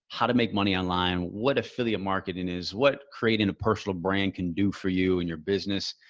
how to make money online. what affiliate marketing is, what creating a personal brand can do for you and your business,